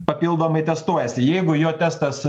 papildomai testuojasi jeigu jo testas